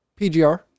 PGR